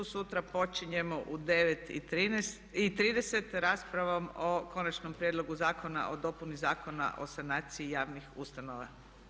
Sutra počinjemo u 9,30 raspravom o Konačnom prijedlogu Zakona o dopuni Zakona o sanaciji javnih ustanova.